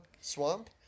swamp